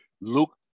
Luke